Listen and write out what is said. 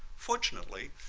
fortunately,